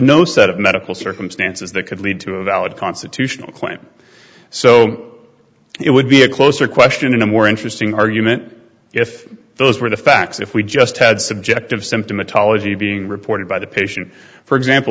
no set of medical circumstances that could lead to a valid constitutional claim so it would be a closer question and a more interesting argument if those were the facts if we just had subjective symptomatology being reported by the patient for example